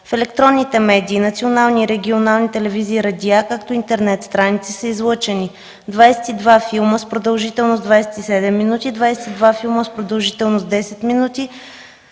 В електронните медии – национални и регионални, телевизия, радиа, както и интернет страници, са излъчени 22 филма с продължителност 27 минути; 22 филма с продължителност 10 минути;